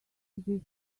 this